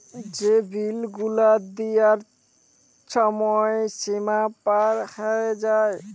যে বিল গুলা দিয়ার ছময় সীমা পার হঁয়ে যায়